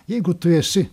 jeigu tu esi